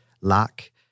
lack